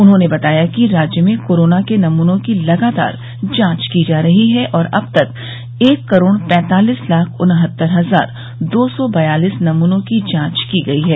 उन्होंने बताया कि राज्य में कोरोना के नमूनों की लगातार जांच की जा रही है और अब तक एक करोड़ पैंतालिस लाख उन्हत्तर हजार दो सौ बयालिस नमूनों की जांच की गई है